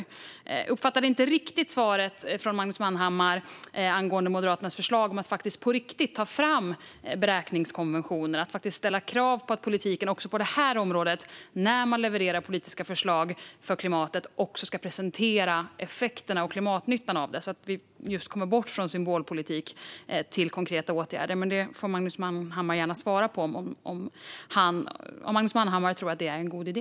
Jag uppfattade inte riktigt svaret från Magnus Manhammar angående Moderaternas förslag att ta fram beräkningskonventioner och ställa krav på att politiken på detta område ska presentera effekterna och klimatnyttan när politiska förslag för klimatet levereras, så att vi kommer bort från symbolpolitik och får konkreta åtgärder. Magnus Manhammar får gärna svara på om han tror att detta är en god idé.